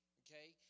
okay